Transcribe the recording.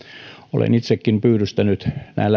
olen itsekin pyydystänyt